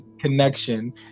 connection